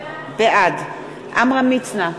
בעד עמרם מצנע,